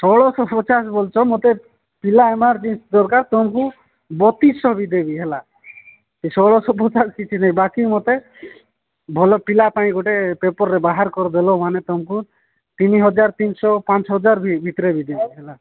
ଷୋହଳଶହ ପଚାଶ ବୋଲୁଛ ମୋତେ ପିଲା ଏମରଜେନ୍ସି ଦରକାର ତୁମକୁ ବତିଶିଶହ ବି ଦେବି ହେଲା ଷୋହଳଶହ ପଚାଶ କିଛି ନାହିଁ ବାକି ମୋତେ ଭଲ ପିଲା ପାଇଁ ଗୋଟେ ପେପର୍ରେ ବାହାର କରିଦେଲ ମାନେ ତୁମକୁ ତିନି ହଜାର ତିନିଶହ ପାଞ୍ଚ ହଜାର ଭିତରେ ବି ଦେବି ହେଲା